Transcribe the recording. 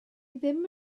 ddim